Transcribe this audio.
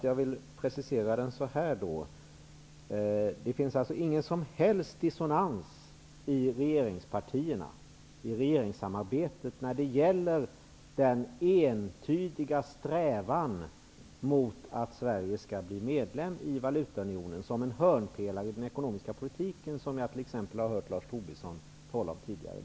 Jag preciserar frågan: Det finns således ingen som helst dissonans i regeringspartierna och i regeringssamarbetet när det gäller den entydiga strävan att Sverige skall bli medlem i Valutaunionen som en hörnpelare i den ekonomiska politiken? Jag har t.ex. hört Lars Tobisson tala om detta tidigare.